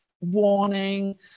warning